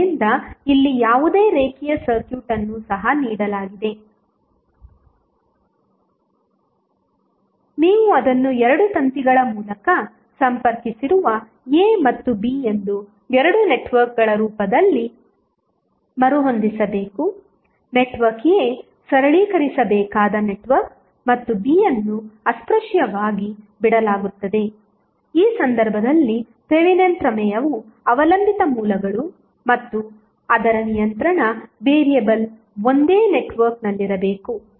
ಆದ್ದರಿಂದ ಇಲ್ಲಿ ಯಾವುದೇ ರೇಖೀಯ ಸರ್ಕ್ಯೂಟ್ ಅನ್ನು ಸಹ ನೀಡಲಾಗಿದೆ ನೀವು ಅದನ್ನು 2 ತಂತಿಗಳ ಮೂಲಕ ಸಂಪರ್ಕಿಸಿರುವ a ಮತ್ತು b ಎಂದು 2 ನೆಟ್ವರ್ಕ್ಗಳ ರೂಪದಲ್ಲಿ ಮರುಹೊಂದಿಸಬೇಕು ನೆಟ್ವರ್ಕ್ a ಸರಳೀಕರಿಸಬೇಕಾದ ನೆಟ್ವರ್ಕ್ ಮತ್ತು b ಅನ್ನು ಅಸ್ಪೃಶ್ಯವಾಗಿ ಬಿಡಲಾಗುತ್ತದೆ ಈ ಸಂದರ್ಭದಲ್ಲಿ ಥೆವೆನಿನ್ ಪ್ರಮೇಯವು ಅವಲಂಬಿತ ಮೂಲಗಳು ಮತ್ತು ಅದರ ನಿಯಂತ್ರಣ ವೇರಿಯೇಬಲ್ ಒಂದೇ ನೆಟ್ವರ್ಕ್ನಲ್ಲಿರಬೇಕು